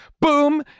boom